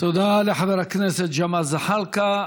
תודה לחבר הכנסת ג'מאל זחאלקה.